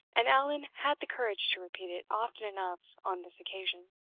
and allan had the courage to repeat it often enough on this occasion.